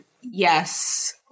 yes